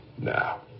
Now